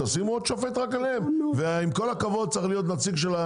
תשימו עוד שופט רק עליהם ועם כל הכבוד צריך להיות נציג,